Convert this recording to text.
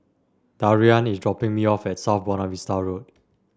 Darian is dropping me off at South Buona Vista Road